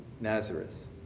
Nazareth